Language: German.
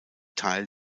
teil